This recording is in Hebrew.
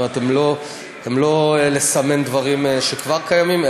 כלומר הם לא לסמן דברים שכבר קיימים,